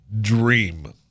dream